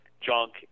junk